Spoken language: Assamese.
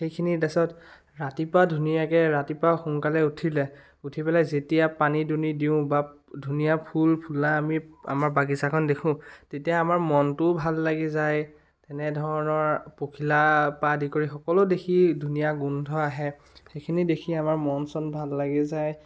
সেইখিনি তাৰপাছত ৰাতিপুৱা ধুনীয়াকৈ ৰাতিপুৱা সোনকালে উঠিলে উঠি পেলাই যেতিয়া পানী দুনী দিওঁ বা ধুনীয়া ফুল ফুলা আমি আমাৰ বাগিচাখন দেখোঁ তেতিয়া আমাৰ মনটোও ভাল লাগি যায় তেনেধৰণৰ পখিলাৰ পৰা আদি কৰি সকলো দেখি ধুনীয়া গোন্ধ আহে সেইখিনি দেখি আমাৰ মন চন ভাল লাগি যায়